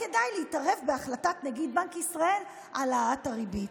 כדאי להתערב בהחלטת נגיד בנק ישראל על העלאת הריבית.